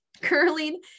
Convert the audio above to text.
curling